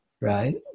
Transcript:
right